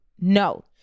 No